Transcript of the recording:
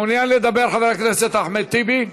מעוניין לדבר, חבר הכנסת אחמד טיבי?